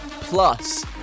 plus